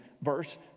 verse